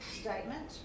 statement